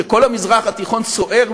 כשכל המזרח התיכון סוער,